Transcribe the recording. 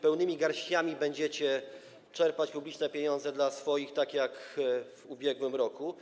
Pełnymi garściami będziecie czerpać publiczne pieniądze dla swoich tak jak w ubiegłym roku.